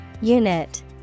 Unit